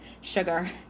sugar